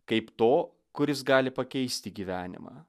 kaip to kuris gali pakeisti gyvenimą